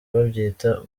babyita